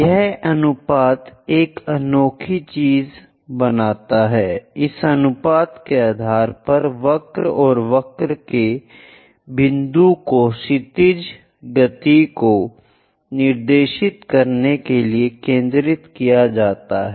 यह अनुपात एक अनोखी चीज बनाता है इस अनुपात के आधार पर वक्र और वक्र के बिंदु को क्षैतिज गति को निर्देशित करने के लिए केंद्रित किया जाता है